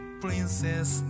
princess